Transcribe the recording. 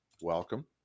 welcome